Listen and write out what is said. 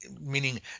meaning